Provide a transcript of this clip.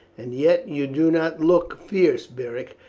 and yet you do not look fierce, beric.